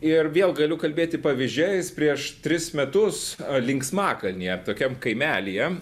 ir vėl galiu kalbėti pavyzdžiais prieš tris metus linksmakalnyje tokiam kaimelyje